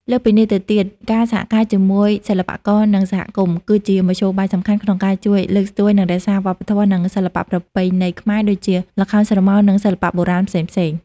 លើសពីនេះទៅទៀតការសហការជាមួយសិល្បករ និងសហគមន៍ គឺជាមធ្យោបាយសំខាន់ក្នុងការជួយលើកស្ទួយ និងរក្សា វប្បធម៌ និងសិល្បៈប្រពៃណីខ្មែរ ដូចជា ល្ខោនស្រមោល និង សិល្បៈបុរាណផ្សេងៗ។